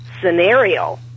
scenario